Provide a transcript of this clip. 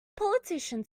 politician